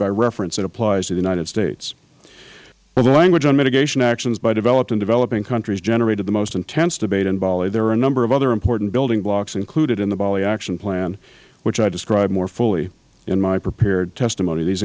by reference it applies to the united states while the language on mitigation actions by developed and developing countries generated the most intense debate in bali there are a number of other important building blocks included in the bali action plan which i describe more fully in my prepared testimony these